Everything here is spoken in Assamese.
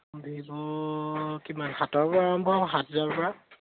ভিবোৰ কিমান সাতৰপৰা আৰম্ভ হয় সাত হাজাৰৰপৰা